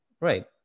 right